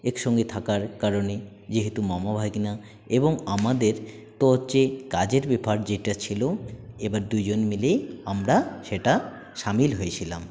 একসঙ্গে থাকার কারণে যেহেতু মামা ভাগনা এবং আমাদের তো হচ্ছে কাজের ব্যাপার যেটা ছিল এবার দুইজন মিলেই আমরা সেটা শামিল হয়েছিলাম